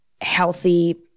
healthy